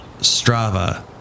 Strava